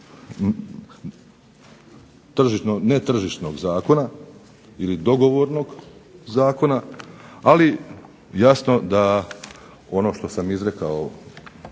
netržišnog zakona ili dogovornog zakona, ali jasno da ono što sam izrekao